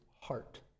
heart